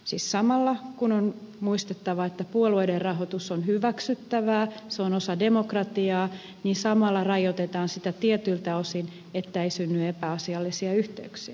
siis kun on muistettava että puolueiden rahoitus on hyväksyttävää se on osa demokratiaa niin samalla rajoitetaan sitä tietyiltä osin että ei synny epäasiallisia yhteyksiä